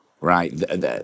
right